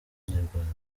nyarwanda